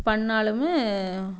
பண்ணிணாலுமே